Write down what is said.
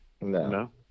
No